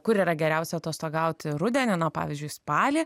kur yra geriausia atostogauti rudenį na pavyzdžiui spalį